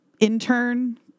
intern